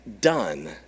done